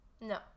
No